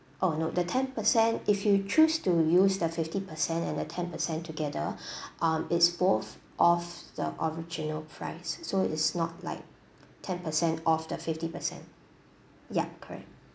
oh no the ten percent if you choose to use the fifty percent and the ten percent together um it's both off the original price so is not like ten percent off the fifty percent yup correct